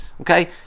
Okay